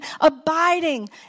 abiding